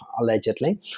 allegedly